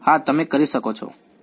હા તમે કરી શકો છો હ્યુજેન